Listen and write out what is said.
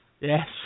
Yes